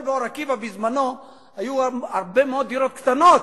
אבל באור-עקיבא בזמנה היו הרבה מאוד דירות קטנות,